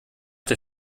der